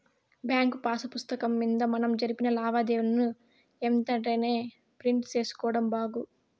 bank pass పుస్తకం మింద మనం జరిపిన లావాదేవీలని ఎంతెంటనే ప్రింట్ సేసుకోడం బాగు